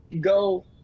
go